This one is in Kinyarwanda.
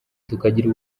tukagira